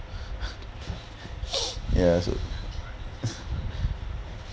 ya so